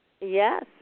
Yes